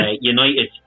United